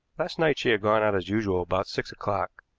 last night she had gone out as usual about six o'clock.